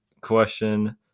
question